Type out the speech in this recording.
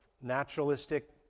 naturalistic